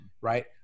right